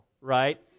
right